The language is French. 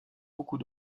beaucoup